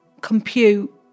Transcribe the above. compute